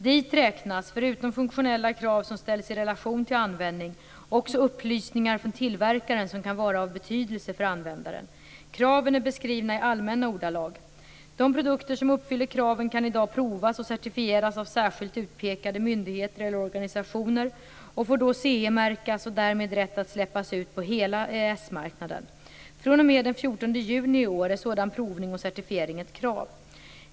Dit räknas, förutom funktionella krav som ställs i relation till användning, också upplysningar från tillverkaren som kan vara av betydelse för användaren. Kraven är beskrivna i allmänna ordalag. De produkter som uppfyller kraven kan i dag provas och certifieras av särskilt utpekade myndigheter eller organisationer och får då CE-märkas, och därmed får de rätt att släppas ut på hela EES-marknaden. fr.o.m. den 14 juni i år är sådan provning och certifiering ett krav.